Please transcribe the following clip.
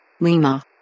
Lima